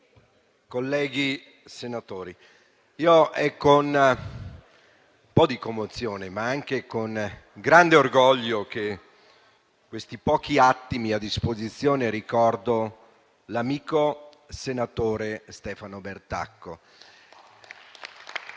Presidente, è con un po' di commozione, ma anche con grande orgoglio che in questi pochi attimi a disposizione ricordo l'amico senatore Stefano Bertacco.